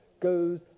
goes